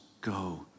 go